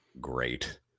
great